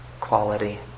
quality